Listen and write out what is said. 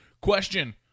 Question